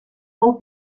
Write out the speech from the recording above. fou